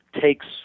takes